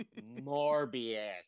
Morbius